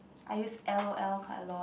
I use L_O_L quite a lot